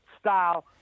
style